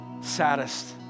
saddest